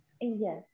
Yes